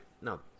no